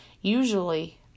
Usually